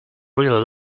really